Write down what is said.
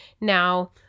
Now